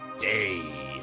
day